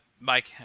Mike